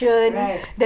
right